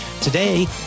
Today